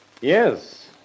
Yes